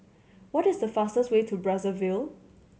what is the fastest way to Brazzaville